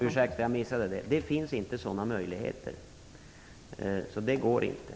Fru talman! Jag ber om ursäkt för att jag missade det. Det finns inte några sådana möjligheter.